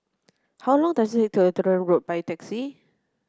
how long does it take to Lutheran Road by taxi